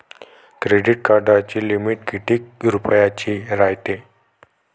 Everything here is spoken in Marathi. क्रेडिट कार्डाची लिमिट कितीक रुपयाची रायते?